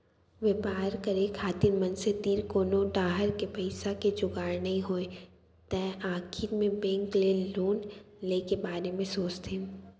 बेपार करे खातिर मनसे तीर कोनो डाहर ले पइसा के जुगाड़ नइ होय तै आखिर मे बेंक ले लोन ले के बारे म सोचथें